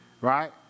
Right